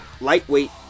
lightweight